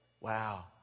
Wow